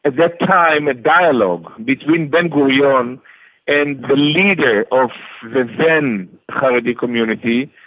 and that time a dialogue between ben-gurion and leader of the then haredi community,